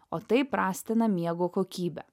o tai prastina miego kokybę